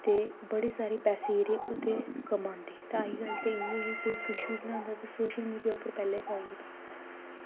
ते बड़े सारे पैसे जेह्ड़े ओह्दे कमांदे ते अज्जकल ते इ'यां इ'यां कोई किश बी बनांदा ते सोशल मीडिया उप्पर पैह्लें पाई ओड़दा